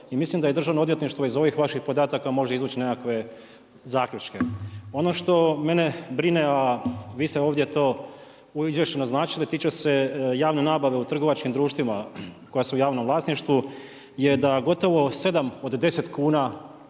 I mislim da je Državno odvjetništvo iz ovih vaših podataka može izvući nekakve zaključke. Ono što mene brine, a vi ste ovdje to u izvješću naznačili tiče se javne nabave u trgovačkim društvima koja su u javnom vlasništvu, je da gotovo 7 od 10 kuna